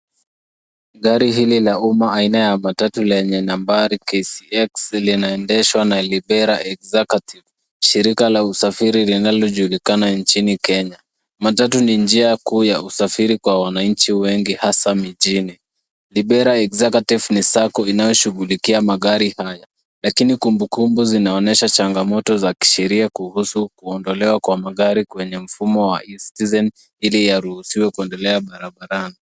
Gari hili la umma aina ya matatu lenye nambari KCX linaendeshwa na libera executive, shirika la usafiri linalojulikana nchini Kenya. Matatu ni njia kuu ya usafiri kwa wananchi wengi hasa mijini. Libera executive ni sacco inayoshughulikia magari haya lakini kumbukumbu zinaonesha changamoto za kisheria kuhusu kuondolewa kwa magari kwenye mfumo wa ecitizen ili yaruhusiwe kuendelea barabarani.